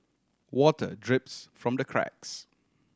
water drips from the cracks